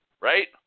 Right